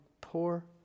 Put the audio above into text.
poor